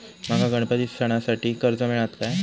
माका गणपती सणासाठी कर्ज मिळत काय?